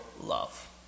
love